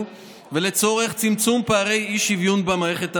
ולצורך צמצום פערי אי-שוויון במערכת הבריאות.